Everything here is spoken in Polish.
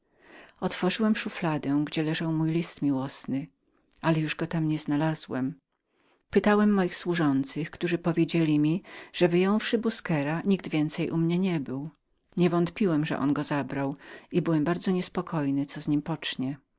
otworzyłem szufladę gdzie leżał mój list miłosny ale z wielkiem podziwieniem wcale go nie znalazłem pytałem moich służących którzy powiedzieli mi że wyjąwszy busquera nikt więcej u mnie nie był niewątpiłem że on go zabrał i byłem bardzo niespokojny co z nim